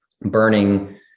burning